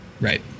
Right